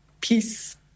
peace